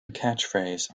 catchphrase